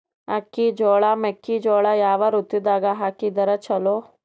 ಅಕ್ಕಿ, ಜೊಳ, ಮೆಕ್ಕಿಜೋಳ ಯಾವ ಋತುದಾಗ ಹಾಕಿದರ ಚಲೋ?